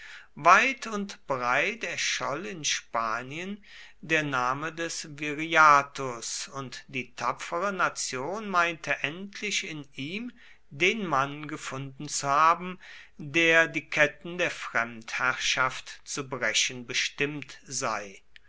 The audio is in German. weit und breit erscholl in spanien der name des viriathus und die tapfere nation meinte endlich in ihm den mann gefunden zu haben der die ketten der fremdherrschaft zu brechen bestimmt sei